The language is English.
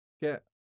get